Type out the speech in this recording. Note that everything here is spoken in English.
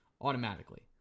automatically